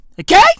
Okay